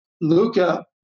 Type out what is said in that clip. Luca